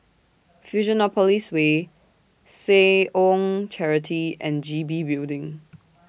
Fusionopolis Way Seh Ong Charity and G B Building